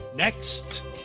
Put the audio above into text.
Next